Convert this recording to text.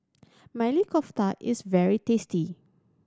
Maili Kofta is very tasty